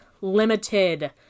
limited